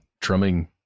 drumming